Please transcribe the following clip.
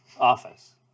office